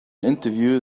interview